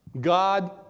God